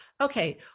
Okay